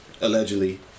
allegedly